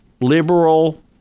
liberal